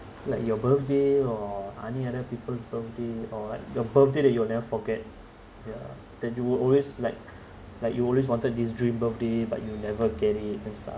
like your birthday or any other people's birthday or like the birthday that you'll never forget ya that you will always like like you always wanted this dream birthday but you never get it and stuff